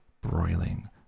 broiling